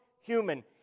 human